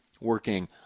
working